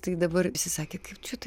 tai dabar visi sakė kaip čia tai